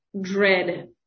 dread